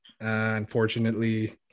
unfortunately